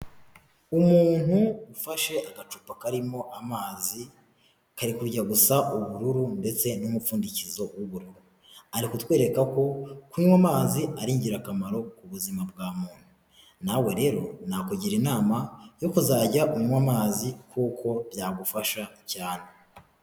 Umuntu ufashe agacupa karimo amazi, kari kujya gusa ubururu ndetse n'umupfundikizo w'ubururu, ari kutwereka ko kunywa amazi ari ingirakamaro ku buzima bwa muntu, nawe rero nakugira inama yo kuzajya unywa amazi kuko byagufasha cyane.